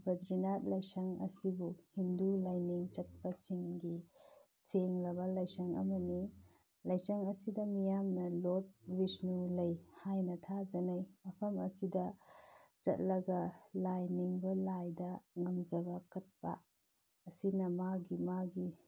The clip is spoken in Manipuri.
ꯕꯗ꯭ꯔꯤꯅꯥꯠ ꯂꯥꯏꯁꯪ ꯑꯁꯤꯕꯨ ꯍꯤꯟꯗꯨ ꯂꯥꯏꯅꯤꯡ ꯆꯠꯄꯁꯤꯡꯒꯤ ꯁꯦꯡꯂꯕ ꯂꯥꯏꯁꯪ ꯑꯃꯅꯤ ꯂꯥꯏꯁꯪ ꯑꯁꯤꯗ ꯃꯤꯌꯥꯝꯅ ꯂꯣꯔ꯭ꯗ ꯕꯤꯁꯅꯨ ꯂꯩ ꯍꯥꯏꯅ ꯊꯥꯖꯅꯩ ꯃꯐꯝ ꯑꯁꯤꯗ ꯆꯠꯂꯒ ꯂꯥꯏ ꯅꯤꯡꯕ ꯂꯥꯏꯗ ꯉꯝꯖꯕ ꯀꯠꯄ ꯑꯁꯤꯅ ꯃꯥꯒꯤ ꯃꯥꯒꯤ